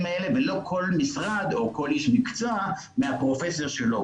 האלה ולא כל משרד או כל איש מקצוע מהפרופסיה שלו.